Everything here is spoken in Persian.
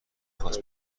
خواست